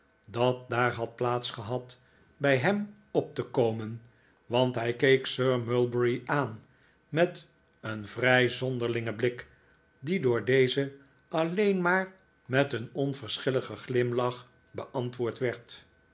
dat daar had plaats gehad bij hem op te komen want hij keek sir mulberry aan met een vrij zonderlingen blik die door dezen alleen maar met een onverschilligen glimlach beantwoord werd